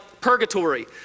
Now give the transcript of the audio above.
purgatory